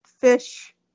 fish